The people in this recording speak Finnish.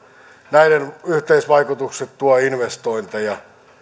näiden yhteisvaikutukset tuovat investointeja